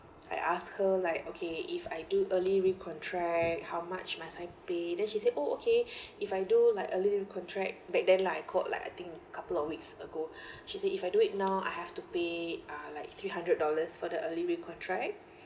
I ask her like okay if I do early recontract how much must I pay then she say oh okay if I do like early recontract back then lah I called like I think couple of weeks ago she say if I do it now I have to pay uh like three hundred dollars for the early recontract